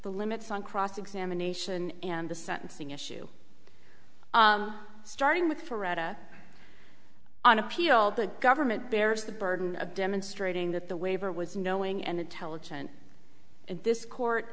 the limits on cross examination and the sentencing issue starting with for retta on appeal the government bears the burden of demonstrating that the waiver was knowing and intelligent and this court